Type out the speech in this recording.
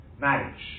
marriage